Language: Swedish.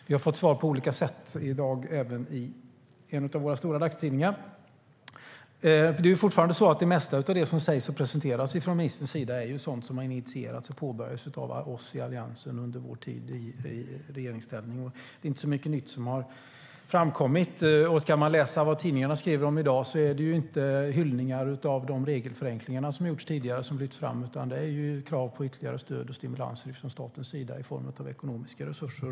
Vi har fått svar på olika sätt - i dag även i en av våra stora dagstidningar. Läser vi vad som står i tidningen i dag ser vi att är det inte hyllningar av de regelförenklingar som har gjorts tidigare som lyfts fram, utan det är krav på ytterligare stöd och stimulanser från statens sida i form av ekonomiska resurser.